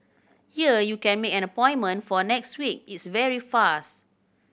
here you can make an appointment for next week it's very fast